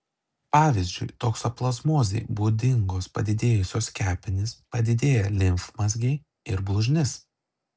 pavyzdžiui toksoplazmozei būdingos padidėjusios kepenys padidėję limfmazgiai ir blužnis